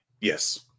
Yes